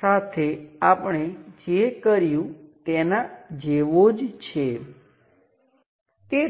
હવે આ ચોક્કસ નોડ પર વોલ્ટેજ શું હશે તે